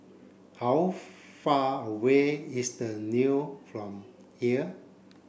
how far away is The Leo from here